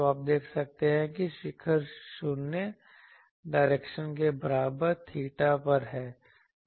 तो आप देखते हैं कि शिखर 0 डायरेक्शन के बराबर theta पर है